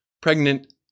pregnant